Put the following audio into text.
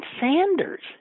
Sanders